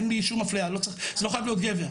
אין לי שום אפליה, זה לא חייב להיות גבר.